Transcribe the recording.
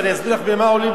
ואני אסביר לך במה עולים,